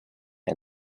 and